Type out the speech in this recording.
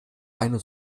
eine